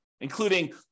including